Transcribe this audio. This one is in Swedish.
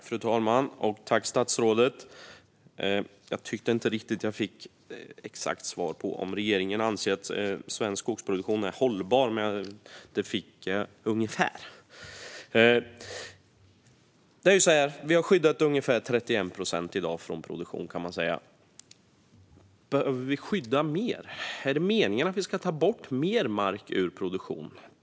Fru talman! Jag tackar statsrådet. Jag tyckte inte riktigt att jag fick ett exakt svar på om regeringen anser att svensk skogsproduktion är hållbar, men ett ungefärligt svar fick jag. I dag kan man säga att vi har skyddat ungefär 31 procent från produktion. Behöver vi skydda mer? Är det meningen att vi ska ta bort mer mark ur produktion?